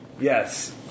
Yes